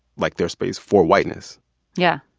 like, their space for whiteness yeah.